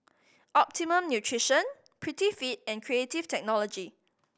Optimum Nutrition Prettyfit and Creative Technology